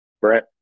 Brett